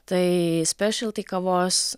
tai spešelty kavos